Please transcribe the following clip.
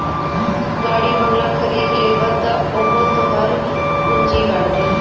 गाड़ी बंगला खरीद लेबअ तअ उहो तोहरे पूंजी बाटे